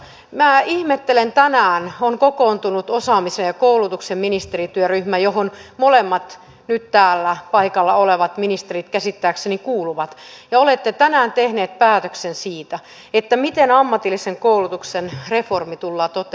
minä ihmettelen kun tänään on kokoontunut osaamisen ja koulutuksen ministerityöryhmä johon molemmat nyt täällä paikalla olevat ministerit käsittääkseni kuuluvat ja olette tänään tehneet päätöksen siitä miten ammatillisen koulutuksen reformi tullaan toteuttamaan